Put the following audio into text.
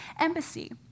embassy